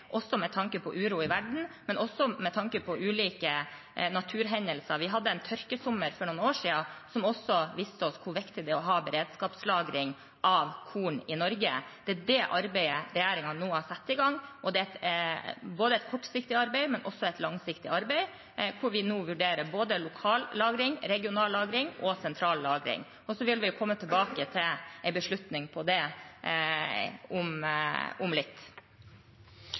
med tanke på uro i verden, men også med tanke på ulike naturhendelser. Vi hadde en tørkesommer for noen år siden som viste oss hvor viktig det er å ha beredskapslagring av korn i Norge. Det arbeidet regjeringen nå har satt i gang, er et kortsiktig arbeid, men også et langsiktig arbeid hvor vi vurderer både lokal lagring, regional lagring og sentral lagring. Og så vil vi komme tilbake til en beslutning på det om litt.